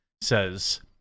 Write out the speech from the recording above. says